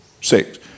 six